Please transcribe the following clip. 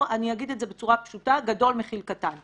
אני אגיד את זה בצורה פשוטה, גדול מכיל קטן.